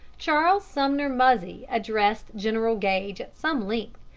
charles sumner muzzy addressed general gage at some length,